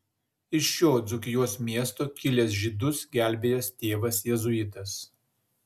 iš šio dzūkijos miesto kilęs žydus gelbėjęs tėvas jėzuitas